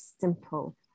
simple